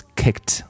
kicked